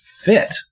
fit